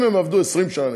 אם הם עבדו 20 שנה,